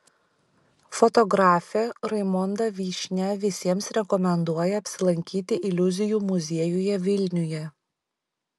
fotografė raimonda vyšnia visiems rekomenduoja apsilankyti iliuzijų muziejuje vilniuje